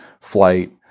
flight